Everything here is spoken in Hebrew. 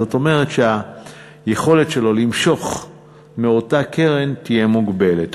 זאת אומרת שהיכולת שלו למשוך מאותה קרן תהיה מוגבלת,